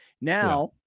Now